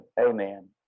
amen